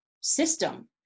system